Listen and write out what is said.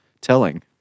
telling